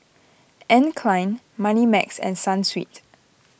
Anne Klein Moneymax and Sunsweet